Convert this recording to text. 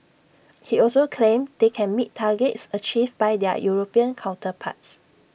he also claimed they can meet targets achieved by their european counterparts